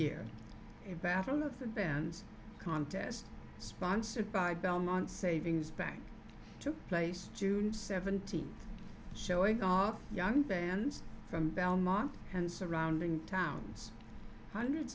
bands contest sponsored by belmont savings bank took place june seventeenth showing off young bands from belmont and surrounding towns hundreds